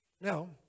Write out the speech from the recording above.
Now